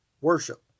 worship